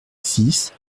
six